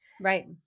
Right